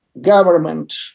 government